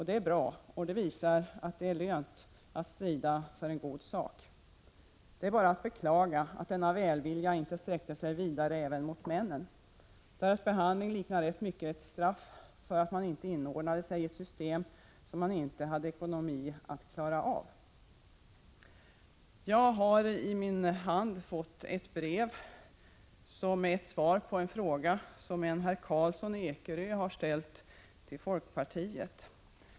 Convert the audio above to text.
Det är bra, för det visar att det är lönt att strida för en god sak. Det är bara att beklaga att denna välvilja inte sträckte sig vidare till männen. Deras behandling liknar rätt mycket ett straff för att man inte inordnade sig i ett system som det inte fanns ekonomiska möjligheter att klara av. Jag har i min hand ett brev som är ett svar på en fråga som en herr Karlsson i Ekerö har ställt till folkpartiet.